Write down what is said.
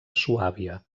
suàbia